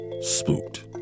spooked